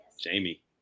Jamie